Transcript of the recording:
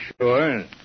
sure